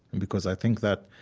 and because i think that,